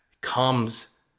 comes